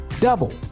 double